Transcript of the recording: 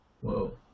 Whoa